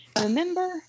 Remember